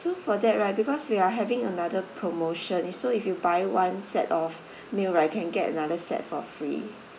so for that right because we are having another promotion is so if you buy one set of meal right you can get another set for free